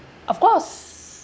of course